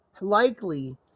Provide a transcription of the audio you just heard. likely